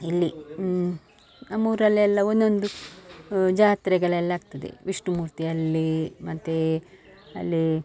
ಇಲ್ಲಿ ನಮ್ಮ ಊರಲ್ಲೆಲ್ಲ ಒಂದೊಂದು ಜಾತ್ರೆಗಳೆಲ್ಲ ಆಗ್ತದೆ ವಿಷ್ಣುಮೂರ್ತಿ ಅಲ್ಲಿ ಮತ್ತು ಅಲ್ಲಿ